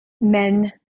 men